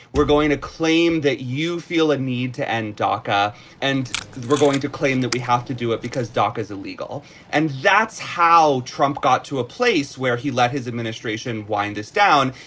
we're going to claim that you feel a need to end dhaka and we're going to claim that we have to do it because dock is illegal and that's how trump got to a place where he let his administration wind this down.